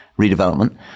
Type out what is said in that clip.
redevelopment